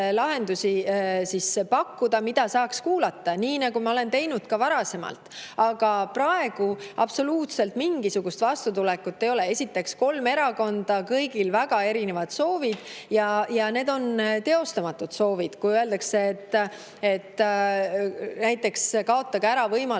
lahendusi, mida saaks kuulata – nii nagu ma olen teinud ka varasemalt. Aga praegu absoluutselt mingisugust vastutulekut ei ole. On kolm erakonda, kõigil väga erinevad soovid. Need on teostamatud soovid, kui öeldakse näiteks, et kaotage ära võimalus